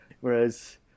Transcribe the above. Whereas